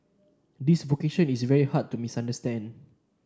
this vocation is very hard to misunderstand